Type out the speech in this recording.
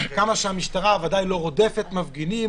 כמה המשטרה ודאי לא רודפת מפגינים,